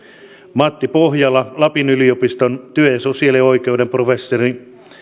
matti pohjola lapin yliopiston työ ja sosiaalioikeuden professori